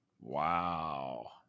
Wow